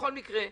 בכל מקרה,